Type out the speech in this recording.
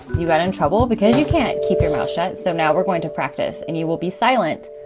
you got in trouble because you can't keep your mouth shut. so now we're going to practice, and you will be silent.